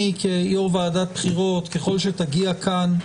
כיושב-ראש ועדת בחירות, ככל שתגיע לכאן,